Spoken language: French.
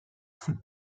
ses